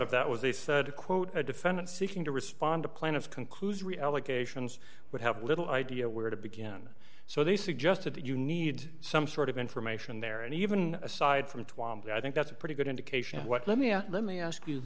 of that was they said quote a defendant seeking to respond to plan of concludes reallocations would have little idea where to begin so they suggested that you need some sort of information there and even aside from tuam i think that's a pretty good indication what let me out let me ask you